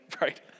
right